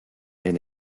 and